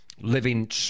living